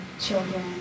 children